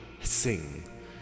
sing